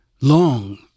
long